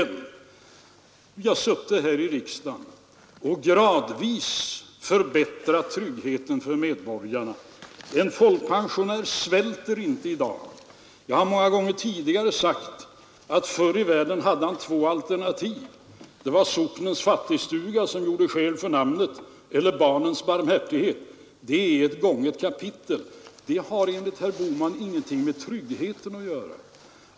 Men vi ju har ju suttit här i riksdagen och gradvis förbättrat tryggheten för medborgarna. En folkpensionär svälter inte i dag. Jag har många gånger tidigare sagt att förr i tiden hade en folkpensionär två alternativ. Det ena var socknens fattigstuga — som gjorde skäl för namnet — och det andra var barnens barmhärtighet. Det är nu ett avslutat kapitel. Men det har ingenting med tryggheten att göra, som herr Bohman ser det.